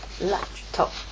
laptop